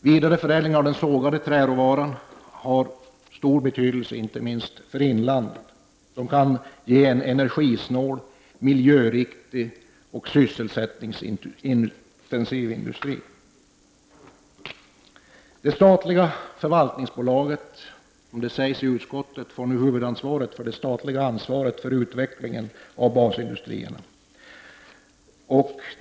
Vidareförädling av den sågade träråvaran har stor betydelse inte minst för inlandet. Denna verksamhet kan ge en energisnål, miljöriktig och sysselsättningsintensiv industri. Det statliga förvaltningsbolaget får nu, som utskottet skriver i betänkandet, ta på sig huvuddelen av det statliga ansvaret för utvecklingen av basindustrierna.